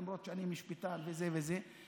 למרות שאני משפטן וזה וזה,